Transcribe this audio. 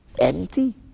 Empty